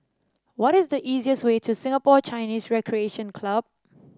what is the easiest way to Singapore Chinese Recreation Club